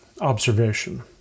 observation